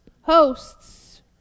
hosts